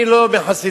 אני לא מחסידיו,